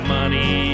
money